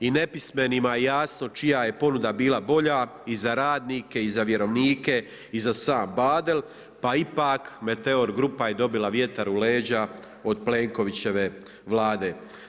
I nepismenima je jasno čija je ponuda bila bolja i za radnike i za vjerovnike i za sam Badel pa ipak Meteor grupa je dobila vjetar u leđa od Plenkovićeve Vlade.